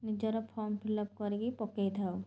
ନିଜର form fill up କରିକି ପକାଇଥାଉ